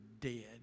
dead